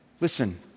Listen